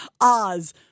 Oz